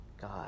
God